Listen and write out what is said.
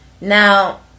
Now